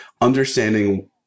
understanding